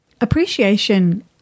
Appreciation